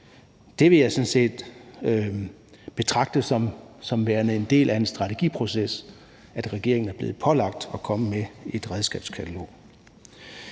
det som værende en del af en strategiproces, at regeringen er blevet pålagt at komme med et redskabskatalog.